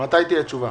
מתי תהיה תשובה?